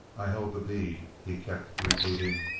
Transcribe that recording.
i held the bead, he kept repeating,